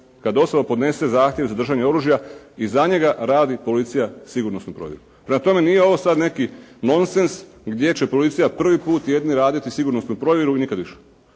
Kad osoba podnese zahtjev za držanje oružja i za njega radi policija sigurnosnu provjeru. Prema tome nije ovo sad neki nonsens gdje će policija prvi put, jedni raditi sigurnosnu provjeru i nikad više.